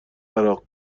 عراق